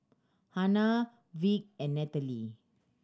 Hannah Vick and Natalee